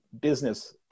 business